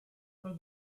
pas